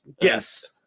Yes